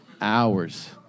hours